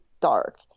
dark